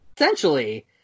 essentially